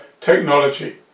technology